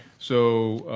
so,